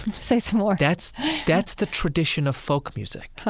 say some more that's that's the tradition of folk music.